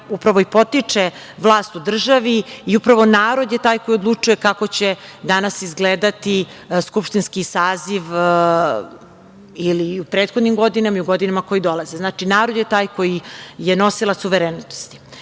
upravo potiče vlast u državi, i upravo narod je taj koji odlučuje kako će danas izgledati skupštinski saziv i u prethodnim godinama i u godinama koje dolaze. Znači, narod je taj koji je nosilac suverenosti. Vladavina